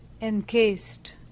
encased